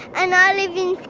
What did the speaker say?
and i live in